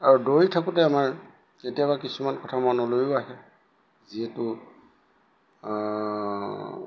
আৰু দৌৰি থাকোতে আমাৰ কেতিয়াবা কিছুমান কথা মনলৈও আহে যিহেতু